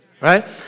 Right